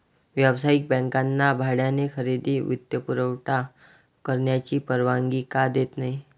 व्यावसायिक बँकांना भाड्याने खरेदी वित्तपुरवठा करण्याची परवानगी का देत नाही